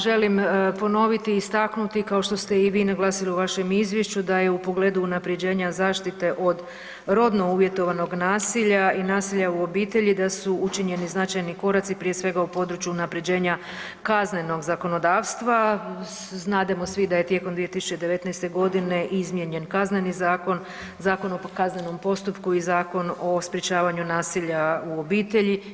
Želim ponoviti i istaknuti kao što ste i vi naglasili u vašem izvješću, da je u pogledu unaprjeđenja zaštite od rodno uvjetovanog nasilja i nasilja u obitelji da su učinjeni značajni koraci, prije svega u području unaprjeđenja kaznenog zakonodavstva, znademo svi da je tijekom 2019. g. izmijenjen Kazneni zakon, Zakon o kaznenom postupku i Zakon o sprječavanju nasilja u obitelji.